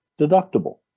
deductible